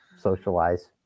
socialize